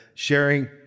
Sharing